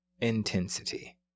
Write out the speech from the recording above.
intensity